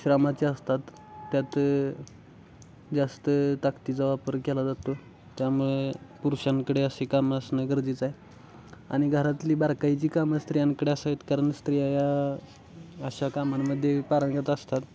श्रमाची असतात त्यात जास्त ताकदीचा वापर केला जातो त्यामुळे पुरुषांकडे असे कामं असणं गरजेचं आहे आणि घरातली बारकाईची कामं स्त्रियांकडे असावीत कारण स्त्रिया अशा कामांमध्ये पारंगत असतात